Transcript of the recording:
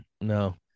no